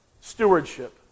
stewardship